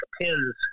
pins